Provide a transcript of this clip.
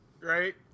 right